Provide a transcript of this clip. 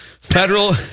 Federal